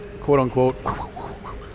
quote-unquote